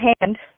hand